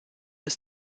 bis